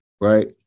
right